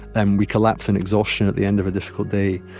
and we collapse in exhaustion at the end of a difficult day.